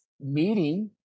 meeting